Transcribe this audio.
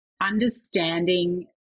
understanding